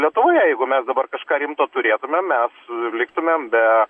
lietuvoj jeigu mes dabar kažką rimto turėtumėm mes liktumėm be